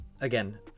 again